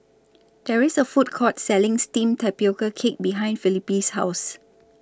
There IS A Food Court Selling Steamed Tapioca Cake behind Felipe's House